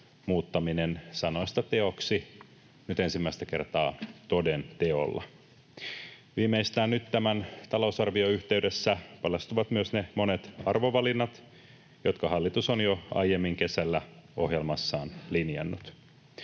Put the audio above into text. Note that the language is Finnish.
muuttaminen sanoista teoiksi nyt ensimmäistä kertaa toden teolla. Viimeistään nyt tämän talousarvion yhteydessä paljastuvat myös ne monet arvovalinnat, jotka hallitus on jo aiemmin kesällä ohjelmassaan linjannut.